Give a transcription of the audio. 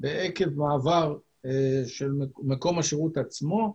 ועקב מעבר של מקום השירות עצמו,